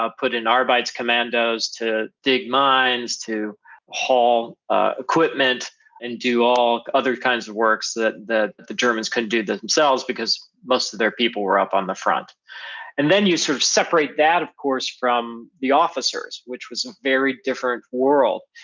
ah put in arbiters commandos to dig mines, to haul ah equipment and do all other kinds of work that the the germans couldn't do themselves because most of their people were up on the front and then you sort of separate that of course from the officers which was a very different world.